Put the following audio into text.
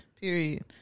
Period